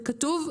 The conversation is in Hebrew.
זה כתוב.